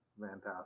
Fantastic